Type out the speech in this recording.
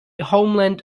homeland